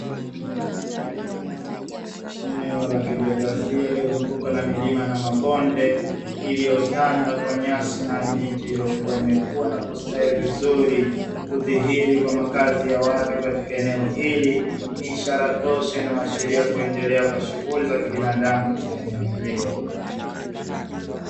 Eneo la kijiografia lililozungukwa na milima na mabonde lenye nyasi na miti iliyokua na kustawi vizuri, kudhihiri kwa makazi ya watu Katika eneo hili ni ishara tosha inayoashiria kuendelea kwa shughuli za binadamu katika eneo hilo.